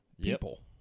people